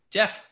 Jeff